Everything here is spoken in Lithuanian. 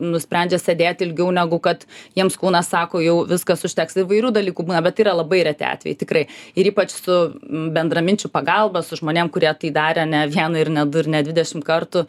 nusprendžia sėdėti ilgiau negu kad jiems kūnas sako jau viskas užteks įvairių dalykų būna bet yra labai reti atvejai tikrai ir ypač su bendraminčių pagalba su žmonėm kurie tai darę ne vieną ir ne du ir ne dvidešimt kartų